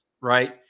right